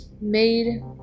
made